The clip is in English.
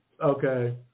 Okay